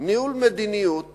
ניהול מדיניות